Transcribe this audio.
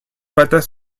patas